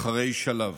אחרי שלב.